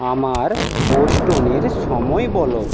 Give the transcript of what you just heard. আমার বোস্টনের সময় বলো